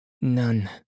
None